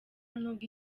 n’ubwo